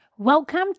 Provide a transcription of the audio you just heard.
Welcome